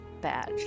Badge